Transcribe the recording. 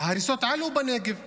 ההריסות בנגב עלו,